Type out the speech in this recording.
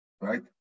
right